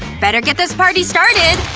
better get this party started!